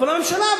אבל הממשלה,